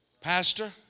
Pastor